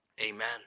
Amen